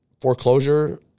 foreclosure